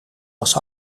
was